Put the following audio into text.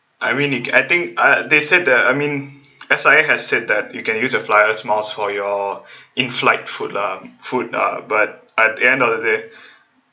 I mean I think uh they said that I mean S_I_A said that you can use your flyer's miles for your inflight food lah food uh but at the end of the day